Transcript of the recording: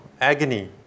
agony